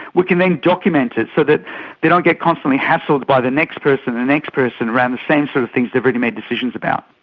we can then document it so that they don't get constantly hassled by the next person and the next person around the same sort of things they've already made decisions about.